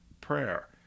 prayer